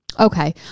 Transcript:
Okay